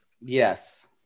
Yes